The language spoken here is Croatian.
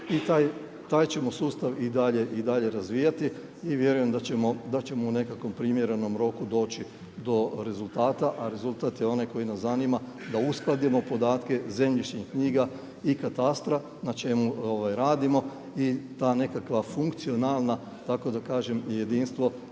i taj ćemo sustav i dalje razvijati i vjerujem da ćemo u nekakvom primjerenom roku doći do rezultata, a rezultat je onaj koji nas zanima da uskladimo podatke zemljišnih knjiga i katastra na čemu radimo i ta nekakva funkcionalna tako da kažem i jedinstvo